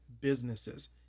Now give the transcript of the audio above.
businesses